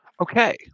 okay